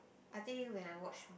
I think when I watch